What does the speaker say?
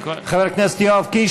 חבר הכנסת יואב קיש,